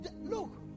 look